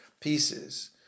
pieces